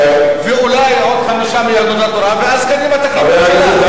ואולי עוד חמישה מיהדות התורה ואז קדימה תקים ממשלה,